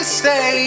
stay